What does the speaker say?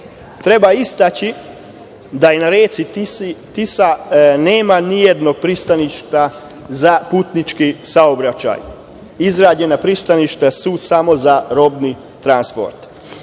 Treba istaći da i na reci Tisi nema nijednog pristaništa za putnički saobraćaj. Izrađena pristaništa su samo za robni transport. Jedan